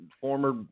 former